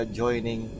joining